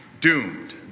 doomed